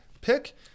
pick